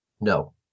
No